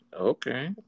Okay